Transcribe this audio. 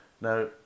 Now